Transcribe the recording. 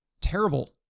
terrible